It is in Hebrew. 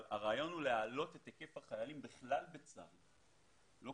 הרעיון הוא להעלות את היקף החיילים בכלל בצה"ל ולא